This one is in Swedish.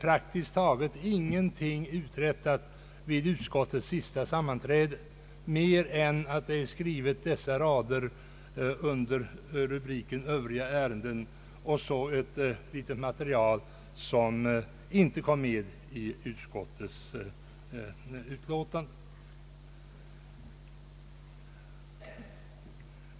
Vid utskottets sista sammanträde är sedan praktiskt taget ingenting uträttat mer än att dessa rader är skrivna under rubriken Övriga ärenden jämte ett litet material, som inte kom med i utskottets utlåtande.